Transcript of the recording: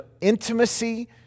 intimacy